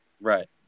Right